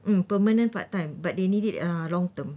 mm permanent part time but they need it uh long term